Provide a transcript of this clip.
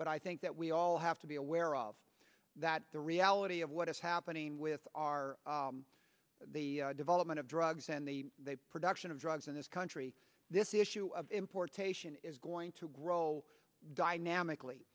but i think that we all have to be aware of that the reality of what is happening with our the development of drugs and the production of drugs in this country this issue of importation is going to grow dynamic